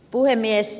puhemies